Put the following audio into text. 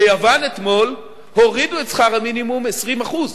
ביוון אתמול הורידו את שכר המינימום ב-20%.